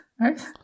right